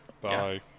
Bye